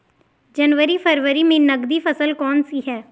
जनवरी फरवरी में नकदी फसल कौनसी है?